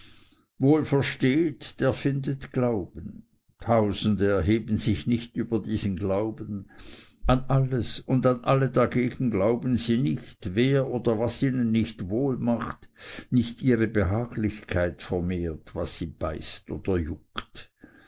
wohl versteht der findet glauben tausende erheben sich nicht über diesen glauben an alles und an alle dagegen glauben sie nicht wer oder was ihnen nicht wohl macht nicht ihre behaglichkeit vermehrt was sie beißt oder juckt